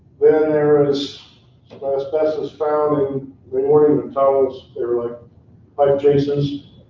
there was some asbestos found and they weren't even telling us. they were like light traces.